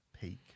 peak